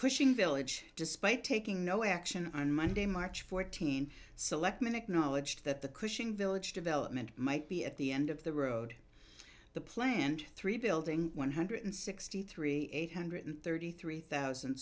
cushing village despite taking no action on monday march fourteenth selectman acknowledged that the cushing village development might be at the end of the road the planned three building one hundred sixty three eight hundred thirty three thousand